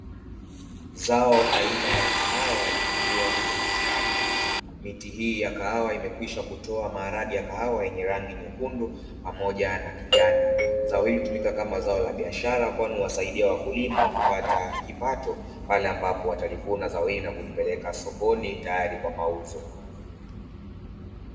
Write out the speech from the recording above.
Zao aina ya kahawa likiwa kwenye shamba. Miti hii ya kahawa imekwishakutoa maharage ya kahawa yenye rangi nyekundu pamoja na kijani. Zao hili hutumika kama zao la biashara, kwani huwasaidia wakulima kupata kipato, pale ambapo watalivuna zao hili na kulipeleka sokoni tayari kwa mauzo.